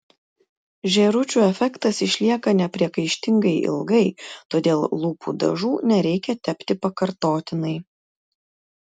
žėručių efektas išlieka nepriekaištingai ilgai todėl lūpų dažų nereikia tepti pakartotinai